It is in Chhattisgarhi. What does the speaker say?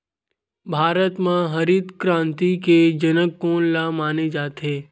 भारत मा हरित क्रांति के जनक कोन ला माने जाथे?